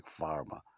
pharma